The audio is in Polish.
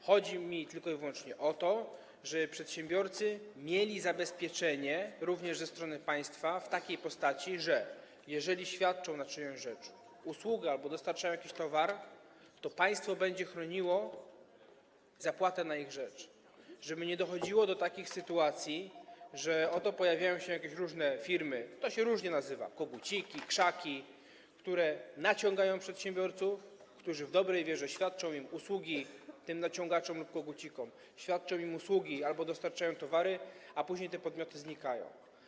Chodzi mi tylko i wyłącznie o to, żeby przedsiębiorcy mieli zabezpieczenie również ze strony państwa w takiej postaci, że jeżeli świadczą na czyjąś rzecz usługę albo dostarczają jakiś towar, to państwo będzie chroniło zapłatę na ich rzecz, żeby nie dochodziło do takich sytuacji, że oto pojawiają się jakieś różne firmy - to się różnie nazywa, koguciki, krzaki - które naciągają przedsiębiorców w dobrej wierze świadczących na ich rzecz usługi, tych naciągaczy lub kogucików, albo dostarczających im towary, a później te podmioty znikają.